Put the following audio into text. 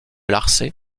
larçay